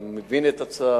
אני מבין את הצער,